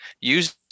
Use